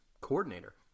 coordinator